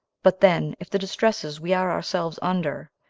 but then if the distresses we are ourselves under,